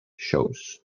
shows